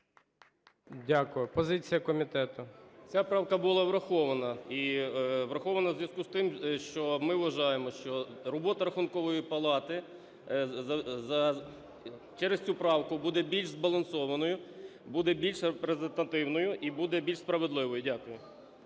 Дякую. Позиція комітету. 12:44:27 КУЗБИТ Ю.М. Ця правка була врахована і врахована у зв'язку з тим, що ми вважаємо, що робота Рахункової палати через цю правку буде більш збалансованою, буде більш презентативною і буде більш справедливою. Дякую.